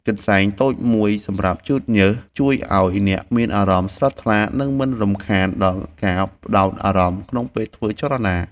កន្សែងតូចមួយសម្រាប់ជូតញើស ជួយឱ្យអ្នកមានអារម្មណ៍ស្រស់ថ្លា និងមិនរំខានដល់ការផ្ដោតអារម្មណ៍ក្នុងពេលធ្វើចលនា។